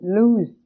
lose